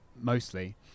mostly